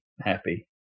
happy